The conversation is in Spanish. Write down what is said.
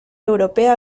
europea